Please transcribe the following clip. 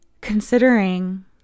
considering